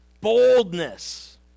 boldness